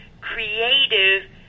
creative